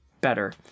better